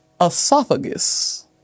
esophagus